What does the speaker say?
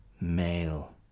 male